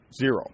Zero